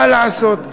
מה לעשות,